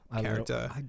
character